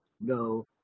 no